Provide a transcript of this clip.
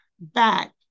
back